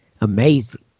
Amazing